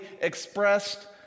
expressed